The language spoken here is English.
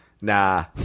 Nah